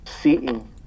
seeing